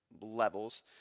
levels